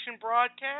broadcast